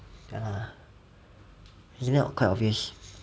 ya isn't that quite obvious